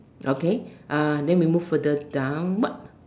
okay uh then we move further down what